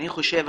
אני חושב,